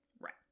Right